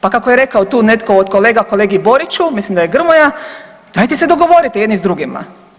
Pa kako je rekao tu netko od kolega kolegi Boriću, mislim da je Grmoja dajte se dogovoriti jedni s drugima.